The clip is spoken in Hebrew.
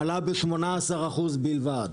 עלה ב-18% בלבד.